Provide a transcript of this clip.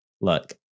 look